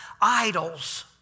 idols